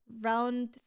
Round